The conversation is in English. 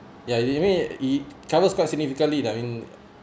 ya you mean it covers quite significantly lah I mean